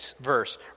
verse